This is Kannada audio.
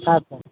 ಹಾಂ ಸರ್